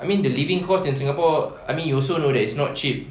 I mean the living cost in singapore I mean you also know it's not cheap